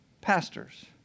pastors